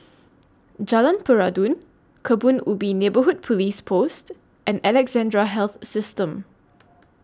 Jalan Peradun Kebun Ubi Neighbourhood Police Post and Alexandra Health System